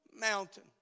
mountain